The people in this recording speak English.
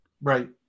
Right